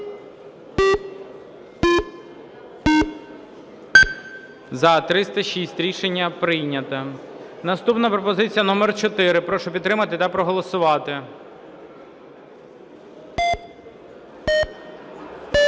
За-306 Рішення прийнято. Наступна пропозиція номер 4. Прошу підтримати та проголосувати.